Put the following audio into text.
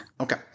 Okay